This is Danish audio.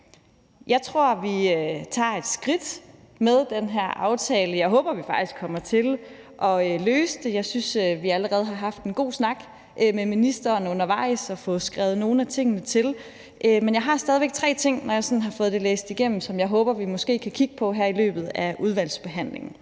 Jeg tror, vi tager et skridt med den her aftale, og jeg håber, vi faktisk kommer til at løse det. Jeg synes, vi allerede har haft en god snak med ministeren undervejs og har fået skrevet nogle af tingene til. Men jeg har stadig tre ting, når jeg sådan har fået det læst igennem, som jeg håber vi måske kan kigge på her i løbet af udvalgsbehandlingen.